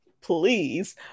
Please